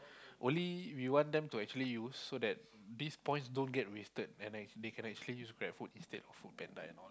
only we want them to actually use so that these points don't get wasted and they can actually use gran food instead of Food Panda and all